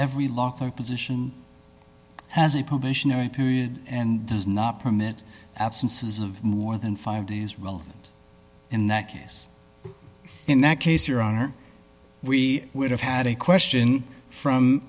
every law clerk position has a probationary period and does not permit absences of more than five days relevant in that case in that case your honor we would have had a question from